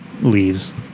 leaves